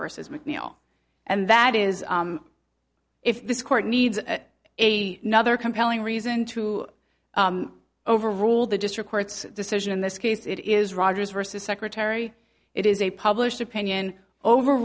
versus mcneil and that is if this court needs a nother compelling reason to overrule the district court's decision in this case it is rogers versus secretary it is a published opinion over